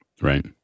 Right